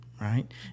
right